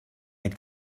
had